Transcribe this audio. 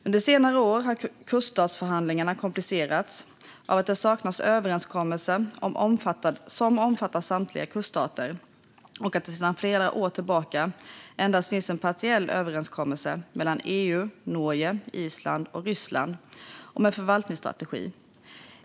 Under senare år har kuststatsförhandlingarna komplicerats av att det saknas en överenskommelse som omfattar samtliga kuststater och av att det sedan flera år tillbaka endast finns en partiell överenskommelse mellan EU, Norge, Island och Ryssland om en förvaltningsstrategi.